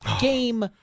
game